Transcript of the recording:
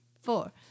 four